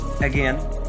again